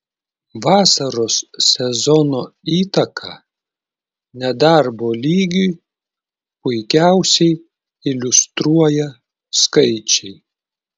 vasaros sezono įtaką nedarbo lygiui puikiausiai iliustruoja skaičiai